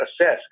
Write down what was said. assess